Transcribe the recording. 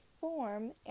form